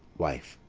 wife.